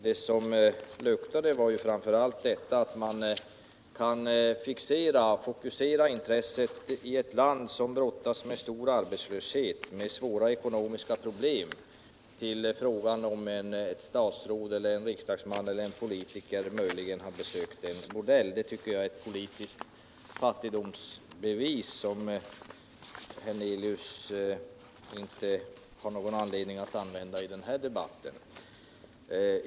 Det som luktade var framför allt att man i ett land som brottas med stor arbetslöshet och svåra ekonomiska problem fokuserade intresset på om ett statsråd eller en riksdagsman möjligen har besökt en bordell. Detta tycker jag är ett politiskt fattigdomsbevis. och herr Hernelius har ingen anledning att ta upp sådant i den här debatten.